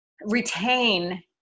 retain